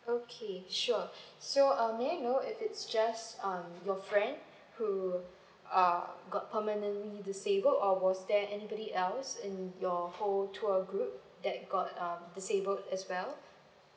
okay sure so uh may I know it is just um your friend who uh got permanently disable or was there anybody else in your whole tour group that got uh disabled as well